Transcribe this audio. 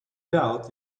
doubt